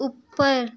ऊपर